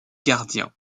gardiens